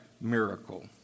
miracle